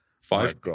five